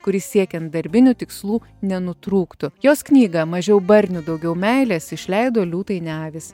kuris siekiant darbinių tikslų nenutrūktų jos knygą mažiau barnių daugiau meilės išleido liūtai ne avys